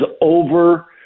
over